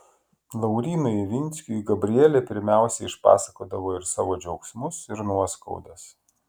laurynui ivinskiui gabrielė pirmiausia išpasakodavo ir savo džiaugsmus ir nuoskaudas